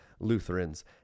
Lutherans